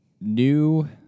new